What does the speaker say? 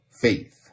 faith